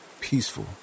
peaceful